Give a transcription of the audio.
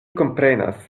komprenas